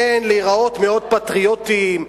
להיראות מאוד פטריוטיים,